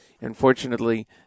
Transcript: Unfortunately